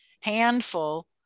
handful